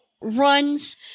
runs